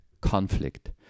conflict